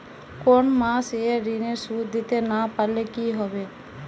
কোন মাস এ ঋণের সুধ দিতে না পারলে কি হবে?